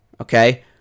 okay